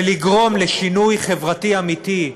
ולגרום לשינוי חברתי אמיתי.